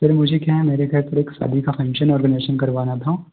sir मुझे क्या है मेरे घर पर एक शादी का फंग्शन ऑर्गनाइजेशन करवाना था